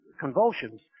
convulsions